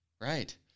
right